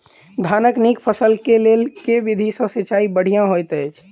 धानक नीक फसल केँ लेल केँ विधि सँ सिंचाई बढ़िया होइत अछि?